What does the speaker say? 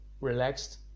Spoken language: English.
relaxed